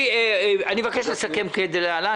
אני מבקש לסכם את הדיון כדלהלן,